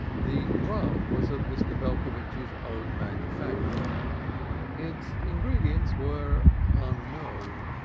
the rum was of mr. belcovitch's own manufacture its ingredients were unknown,